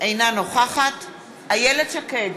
אינה נוכחת איילת שקד,